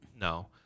no